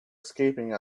escaping